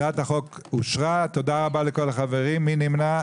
מי נמנע?